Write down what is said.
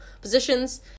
positions